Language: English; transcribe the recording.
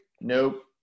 Nope